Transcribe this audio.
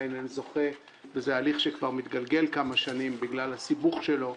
עדיין זוכה - הליך שכבר מתגלגל כמה שנים בגלל הסיבוך שלו.